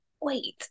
wait